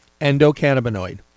Endocannabinoid